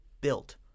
built